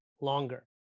longer